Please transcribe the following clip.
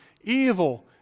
evil